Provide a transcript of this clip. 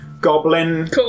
goblin